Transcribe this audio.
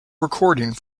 recording